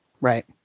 Right